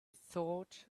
thought